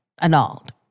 annulled